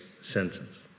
sentence